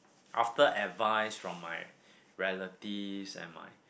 after advises from my relatives and my